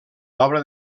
obra